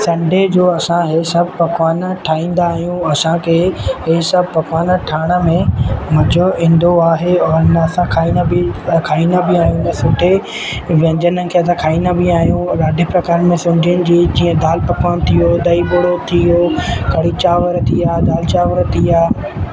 Sunday जो असां इहे सभु पकवान ठाहींदा आहियूं असांखे इहे सभु पकवान ठाहिण में मज़ो ईंदो आहे ऐं असां खाईंदा बि खाईंदा बि आहियूं त सुठे व्यंजनन सां असां खाईंदा बि इ आहियूं ॾाढनि प्रकारनि मां सिंधियुनि जी जीअं दालि पकवान थी वियो ॾही बड़ो थी यो कढ़ी चांवर थी विया दाल चांवर थी विया